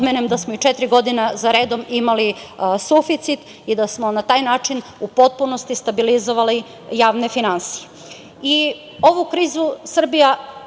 napomenem da smo četiri godine za redom imali suficit, i da smo na taj način u potpunosti stabilizovali javne finansije. Ovu